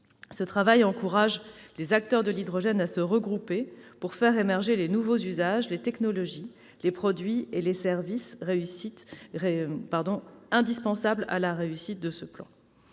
Ce travail encourage les acteurs de l'hydrogène à se regrouper pour faire émerger les nouveaux usages, les technologies, les produits et les services indispensables à la réussite du plan.